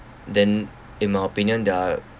then in my opinion they're